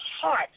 heart